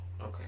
okay